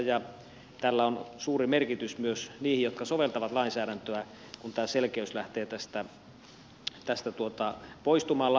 ja tällä on suuri merkitys myös niihin jotka soveltavat lainsäädäntöä kun tämä selkeys lähtee poistumaan laista